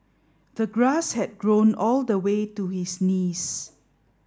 the grass had grown all the way to his knees